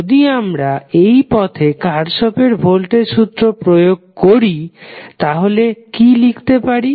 যদি আমরা এই পথে কার্শফের ভোল্টেজ সূত্র প্রয়োগ করি তাহলে কি লিখতে পারি